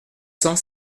cent